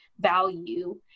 value